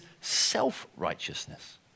self-righteousness